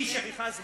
שכחה זמנית,